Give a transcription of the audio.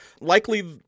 Likely